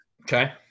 Okay